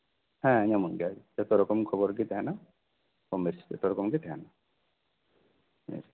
ᱦᱮᱸ ᱧᱟᱢᱚᱜ ᱜᱮᱭᱟ ᱡᱚᱛᱚ ᱨᱚᱠᱚᱢ ᱠᱷᱚᱵᱚᱨ ᱜᱮ ᱛᱟᱦᱮᱸᱱᱟ ᱠᱚᱢ ᱵᱮᱥᱤ ᱡᱚᱛᱚ ᱨᱚᱠᱚᱢ ᱜᱮ ᱛᱟᱦᱮᱸᱱᱟ